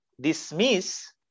dismiss